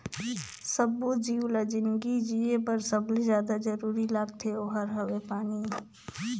सब्बो जीव ल जिनगी जिए बर सबले जादा जरूरी लागथे ओहार हवे पानी